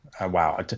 Wow